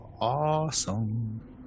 Awesome